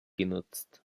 genutzt